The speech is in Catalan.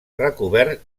recobert